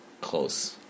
close